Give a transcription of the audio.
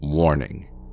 Warning